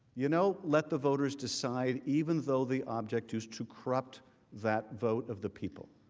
you know, let the voters decide, even though the object is to corrupt that vote of the people.